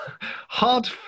hard